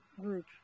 group